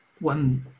one